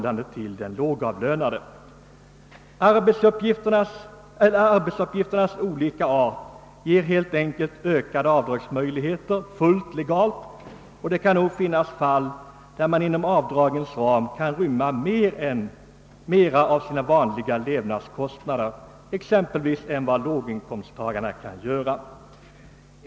Arbetsuppgifternas olika art ger fullt legalt ökade avdragsmöjligheter, och det kan finnas fall där man kan göra avdrag för högre belopp än vanliga levnadskostnader uppgår till.